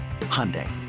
Hyundai